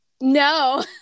no